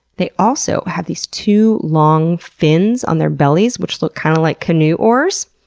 they also have these two long fins on their bellies which look kind of like canoe oars.